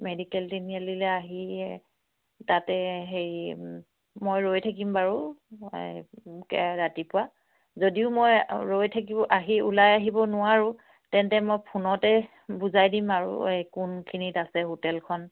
medical তিনিআলিলৈ আহি তাতে হেৰি মই ৰৈ থাকিম বাৰু এই ৰাতিপুৱা যদিও মই ৰৈ থাকিব আহি ওলাই আহিব নোৱাৰোঁ তেন্তে মই ফোনতে বুজাই দিম আৰু এই কোনখিনিত আছে হোটেলখন